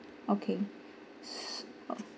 okay s~